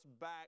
back